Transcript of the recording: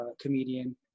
comedian